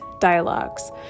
Dialogues